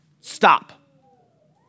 stop